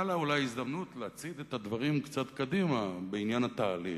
להצעיד את הדברים קצת קדימה בעניין התהליך,